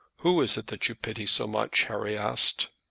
who is it that you pity so much? harry asked.